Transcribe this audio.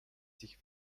sich